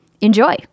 Enjoy